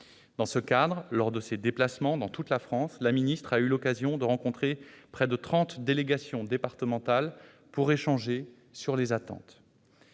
Dans ce cadre, lors de ses déplacements dans toute la France, Mme Darrieussecq a eu l'occasion de rencontrer près de trente délégations départementales pour discuter de leurs attentes.